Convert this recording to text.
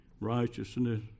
righteousness